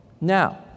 now